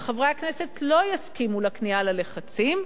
וחברי הכנסת לא יסכימו לכניעה ללחצים,